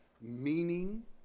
meaning